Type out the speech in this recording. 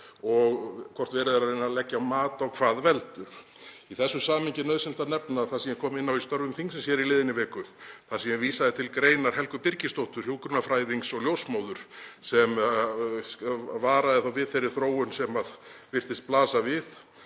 og hvort verið er að reyna að leggja mat á hvað veldur. Í þessu samhengi er nauðsynlegt að nefna það sem ég kom inn á í störfum þingsins í liðinni viku þar sem ég vísaði til greinar Helgu Birgisdóttur hjúkrunarfræðings og ljósmóður sem varaði við þeirri þróun sem virtist blasa við,